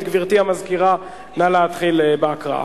גברתי המזכירה, נא להתחיל בהקראה.